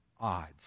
odds